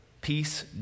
peace